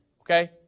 Okay